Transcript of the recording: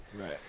Right